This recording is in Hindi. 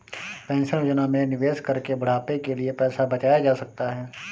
पेंशन योजना में निवेश करके बुढ़ापे के लिए पैसा बचाया जा सकता है